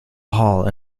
hall